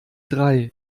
drei